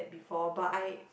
before but I